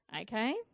Okay